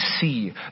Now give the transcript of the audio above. see